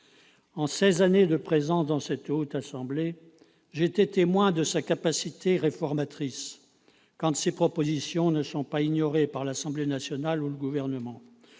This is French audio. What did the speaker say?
En seize années de présence à la Haute Assemblée, j'ai été témoin de sa capacité réformatrice, quand ses propositions ne sont pas ignorées par l'Assemblée nationale ou le Gouvernement.